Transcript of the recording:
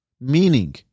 meaning